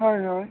ᱦᱳᱭ ᱦᱳᱭ